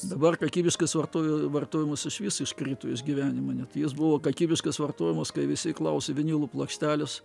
dabar kakybiškas varto vartojimas išvis iškrito iš gyvenimo ane jis buvo kakybiškas vartojimas kai visi klausė vinilų plokštelės